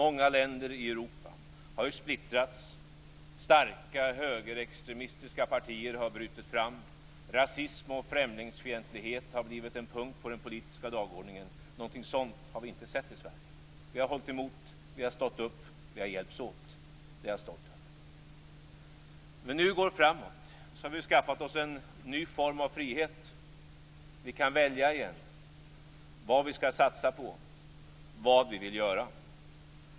Många länder i Europa har ju splittrats. Starka högerextremistiska partier har brutit fram. Rasism och främlingsfientlighet har blivit en punkt på den politiska dagordningen. Någonting sådant har vi inte sett i Sverige. Det är jag stolt över. När vi nu går framåt har vi skaffat oss en ny form av frihet.